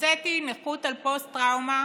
הוצאתי נכות על פוסט-טראומה,